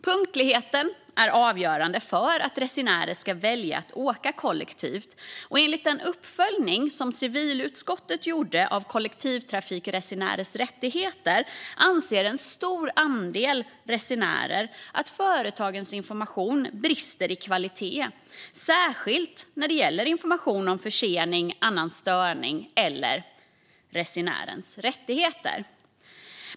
Punktligheten är avgörande för att resenärer ska välja att åka kollektivt, och enligt den uppföljning som civilutskottet gjorde av kollektivtrafikresenärers rättigheter anser en stor andel resenärer att företagens information brister i kvalitet, särskilt när det gäller information om försening, annan störning eller resenärens rättigheter.